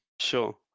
Sure